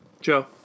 Joe